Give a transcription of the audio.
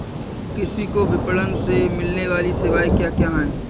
कृषि को विपणन से मिलने वाली सेवाएँ क्या क्या है